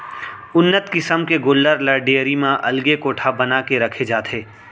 उन्नत किसम के गोल्लर ल डेयरी म अलगे कोठा बना के रखे जाथे